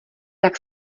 tak